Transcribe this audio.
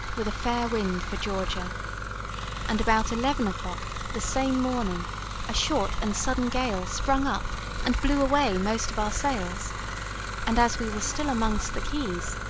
with a fair wind, for georgia and about eleven o'clock the same morning a short and sudden gale sprung up and blew away most of our sails and, as we were still amongst the keys,